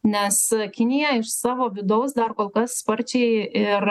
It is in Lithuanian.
nes kinija iš savo vidaus dar kol kas sparčiai ir